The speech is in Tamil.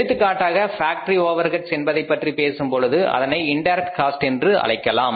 எடுத்துக்காட்டாக ஃபேக்டரி ஓவர்ஹீட்ஸ் என்பதை பற்றி பேசும் பொழுது அதனை இண்டைரக்ட் காஸ்ட் என்று அழைக்கலாம்